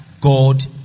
God